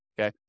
okay